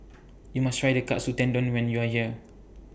YOU must Try The Katsu Tendon when YOU Are here